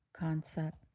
Concept